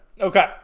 Okay